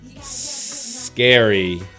Scary